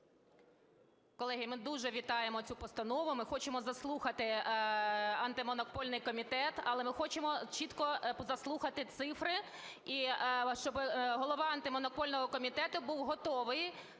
Колеги, ми дуже вітаємо цю постанову. Ми хочемо заслухати Антимонопольний комітет. Але ми хочемо чітко заслухати цифри, і щоб Голова Антимонопольного комітету був готовий